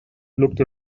looked